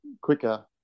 quicker